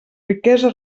riquesa